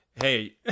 hey